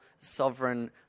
sovereign